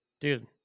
dude